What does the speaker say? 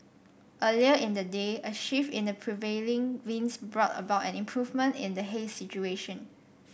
earlier in the day a shift in the prevailing winds brought about an improvement in the haze situation